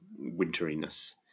winteriness